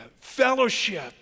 fellowship